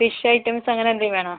fish items അങ്ങനെയെന്തെങ്കിലും വേണോ